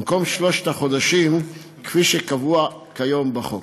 במקום שלושת החודשים כפי שקבוע כיום בחוק.